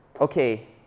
okay